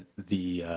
the